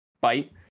bite